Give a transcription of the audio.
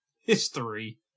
history